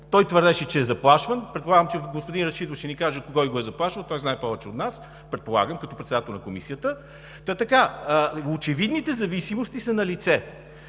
той твърдеше, че е заплашван – предполагам, че господин Рашидов ще ни каже кой го е заплашвал, той знае повече от нас, предполагам, като председател на Комисията. Та така – очевидните зависимости са налице.